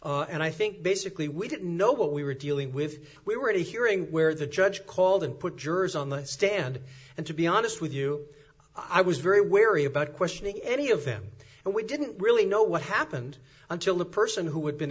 r and i think basically we didn't know what we were dealing with we were at a hearing where the judge called and put jurors on the stand and to be honest with you i was very wary about questioning any of them and we didn't really know what happened until the person who had been